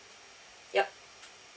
yup